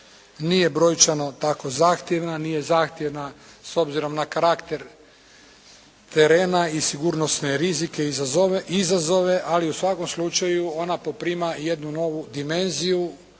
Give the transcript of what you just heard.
nije brojčano tako zahtjevna, nije zahtjevna s obzirom na karakter terena i sigurnosne rizike i izazove, ali u svakom slučaju ona poprima jednu novu dimenziju.